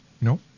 No